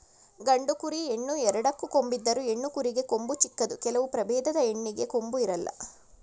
ಗಂಡು ಕುರಿ, ಹೆಣ್ಣು ಎರಡಕ್ಕೂ ಕೊಂಬಿದ್ದರು, ಹೆಣ್ಣು ಕುರಿಗೆ ಕೊಂಬು ಚಿಕ್ಕದು ಕೆಲವು ಪ್ರಭೇದದ ಹೆಣ್ಣಿಗೆ ಕೊಂಬು ಇರಲ್ಲ